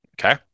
Okay